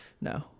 No